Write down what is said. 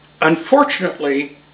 unfortunately